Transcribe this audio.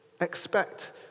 Expect